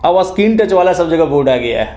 अब screen touch वाला सब जगह बोर्ड आ गया है